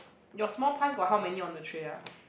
your small buns got how many on the tray ah